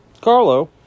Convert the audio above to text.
Carlo